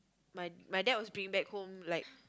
my my dad was bringing back home like